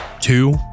two